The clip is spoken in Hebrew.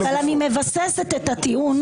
אני מבססת את הטיעון